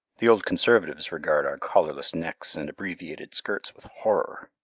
the old conservatives regard our collarless necks and abbreviated skirts with horror.